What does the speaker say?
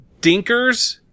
Dinkers